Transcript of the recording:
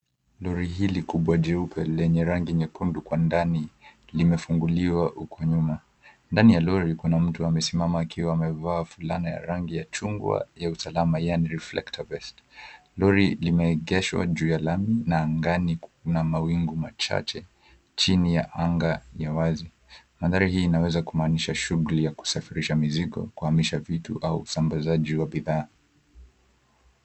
Lori hili kubwa jeupe lenye rangi nyekundu kwa ndani limefunguliwa huko nyuma. Ndani ya lori kuna mtu amesimama akiwa amevaa fulana ya rangi ya chungwa ya usalama yaani reflector vest . Lori limeegeshwa juu ya lami na angani kuna angani kuna mawingu machache chini ya anga ya wazi. Mandhari hii inawezekana kumaanisha shughuli ya kusafirisha mizigo, kuhamisha vitu au usambazaji wa bidhaa.